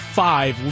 five